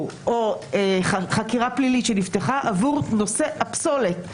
או חקירה פלילית שנפתחה עבור נושא הפסולת.